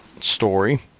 story